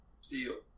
Steel